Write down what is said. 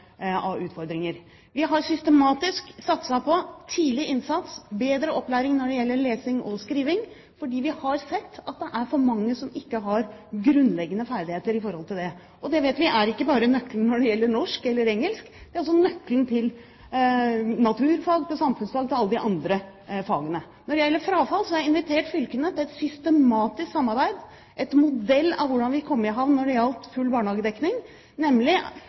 av utfordringer. Vi har systematisk satset på tidlig innsats, bedre opplæring når det gjelder lesing og skriving, fordi vi har sett at det er for mange som ikke har grunnleggende ferdigheter i dette. Vi vet at dette ikke bare er nøkkelen til norsk eller engelsk, det er også nøkkelen til naturfag, til samfunnsfag og til alle de andre fagene. Når det gjelder frafall, har jeg invitert fylkene til et systematisk samarbeid, etter modell av hvordan vi kom i havn når det gjaldt full barnehagedekning, nemlig